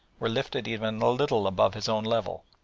were lifted even a little above his own level.